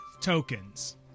tokens